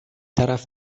طرف